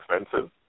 expensive